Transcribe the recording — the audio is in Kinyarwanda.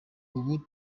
ubu